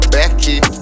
Becky